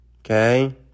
Okay